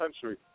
country